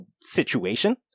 situation